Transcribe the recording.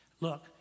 Look